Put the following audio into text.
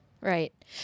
Right